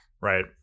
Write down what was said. right